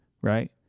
right